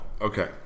Okay